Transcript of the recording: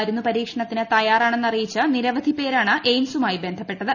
മരുന്ന് പരീക്ഷണത്തിന് തയ്യാറാണെന്ന് അറിയിച്ച് നിരവധി പേരാണ് എയിംസുമായി ബന്ധപ്പെട്ടത്